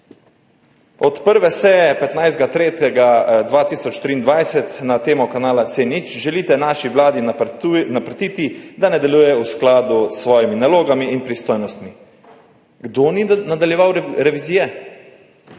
Od prve seje 15. 3. 2023 na temo kanala C0 želite naši vladi naprtiti, da ne deluje v skladu s svojimi nalogami in pristojnostmi. Kdo ni nadaljeval revizije,